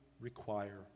require